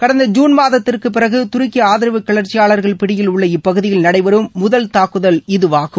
கடந்த ஜுன்மாதத்திற்கு பிறகு தருக்கி ஆதரவு கிளர்ச்சியாளர்கள் பிடியில் உள்ள இப்பகுதியில் நடைபெறும் முதல் தாக்குதல் இதுவாகும்